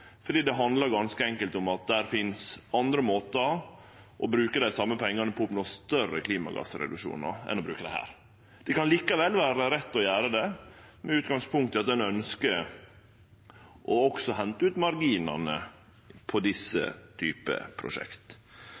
fordi det ganske enkelt handlar om at det finst andre måtar å bruke dei same pengane på og oppnå større klimagassreduksjonar enn å bruke dei her. Det kan likevel vere rett å gjere det med utgangspunkt i at ein også ønskjer å hente ut marginane på slike typar prosjekt.